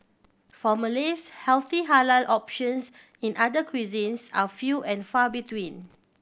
for Malays healthy halal options in other cuisines are few and far between